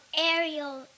Ariel